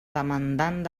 demandant